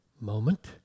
moment